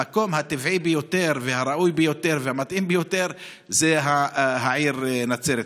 המקום הטבעי ביותר והראוי ביותר והמתאים ביותר זה העיר נצרת,